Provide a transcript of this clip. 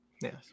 yes